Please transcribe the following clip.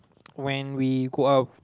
when we go out